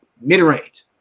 Mid-range